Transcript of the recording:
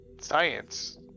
science